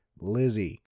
Lizzie